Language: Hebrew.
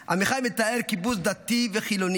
עמיחי מתאר קיבוץ דתי וחילוני.